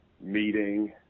meeting